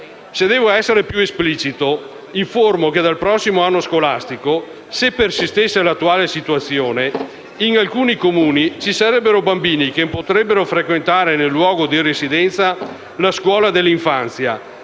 Se devo essere più esplicito, informo che dal prossimo anno scolastico, se persistesse l'attuale situazione, in alcuni Comuni ci sarebbero bambini che non potrebbero frequentare nel luogo di residenza la scuola dell'infanzia,